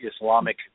Islamic